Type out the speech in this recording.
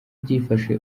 byifashe